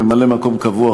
ממלא-מקום קבוע,